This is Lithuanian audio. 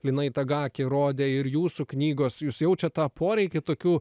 lina itagaki rodė ir jūsų knygos jūs jaučiate tą poreikį tokių